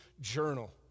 journal